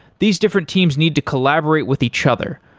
these different teams need to collaborate with each other,